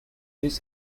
this